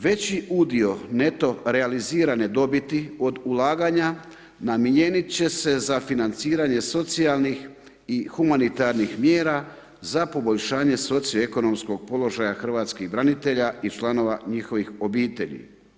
Veći udio neto realizirane dobiti od ulaganja namijeniti će se za financiranje socijalnih i humanitarnih mjera za poboljšanje socioekonomskog položaja hrvatskih branitelja i članova njihovih obitelji.